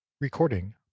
Recording